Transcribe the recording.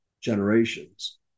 generations